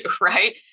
right